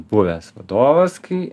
buvęs vadovas kai